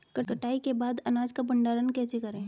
कटाई के बाद अनाज का भंडारण कैसे करें?